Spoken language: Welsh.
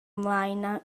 mlaen